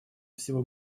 всего